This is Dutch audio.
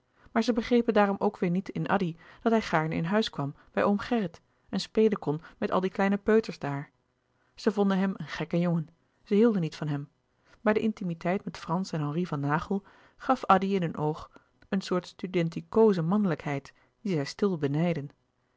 maar zij begrepen daarom ook weêr niet in addy dat hij gaarne in huis kwam bij oom gerrit en spelen kon met al die kleine peuters daar zij vonden hem een gekke jongen zij hielden niet van hem maar de intimiteit met frans en henri van naghel gaf addy in hun oog een soort studentikoze mannelijkheid die zij stil benijdden